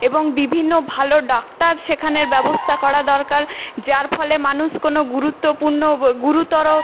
এবং বিভিন্ন ভালো ডাক্তার সেখানে ব্যবস্থা করা দরকার যার ফলে মানুষ কোনো গুরুত্বপূর্ণ গুরুতর